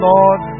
Lord